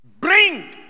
Bring